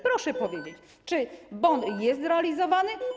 Proszę powiedzieć, czy bon jest realizowany?